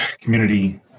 community